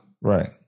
Right